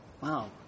Wow